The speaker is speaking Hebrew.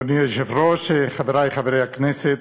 אדוני היושב-ראש, חברי חברי הכנסת,